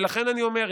לכן אני אומר,